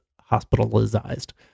hospitalized